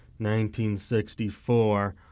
1964